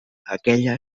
aquella